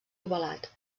ovalat